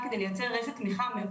על פי החלטת ממשלה,